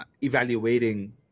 evaluating